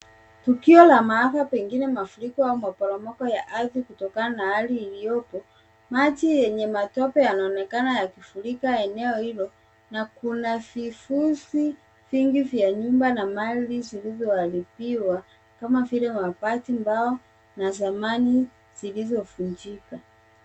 Tukio la maafa pengine mafuriko au maporomoko ya ardhi, kutokana na hali iliyopo. Maji yenye matope yanaonekana yakifurika eneo hilo, na kuna vifunzi vingi vya nyumba na mali zilizoharibiwa, kama vile mabati, mbao na samani zilizovunjika.